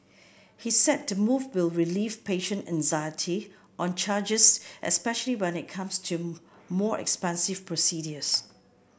he said the move will relieve patient anxiety on charges especially when it comes to more expensive procedures